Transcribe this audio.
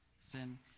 Sin